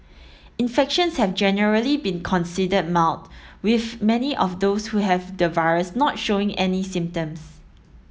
infections have generally been considered mild with many of those who have the virus not showing any symptoms